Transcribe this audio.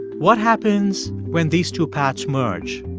what happens when these two paths merge?